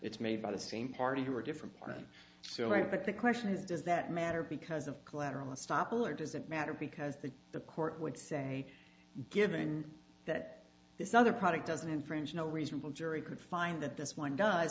it's made by the same party who are different so i think the question is does that matter because of collateral estoppel or does it matter because the the court would say given that this other product doesn't infringe no reasonable jury could find that this one does